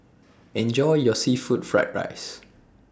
Enjoy your Seafood Fried Rice